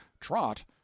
trot